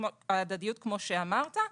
כמו שאמרת,